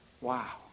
Wow